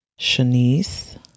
Shanice